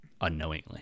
Unknowingly